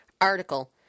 article